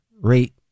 rate